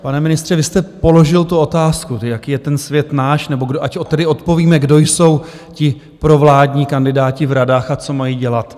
Pane ministře, vy jste položil tu otázku, jaký je ten svět náš nebo kdo, ať tedy odpovíme, kdo jsou ti provládní kandidáti v radách a co mají dělat.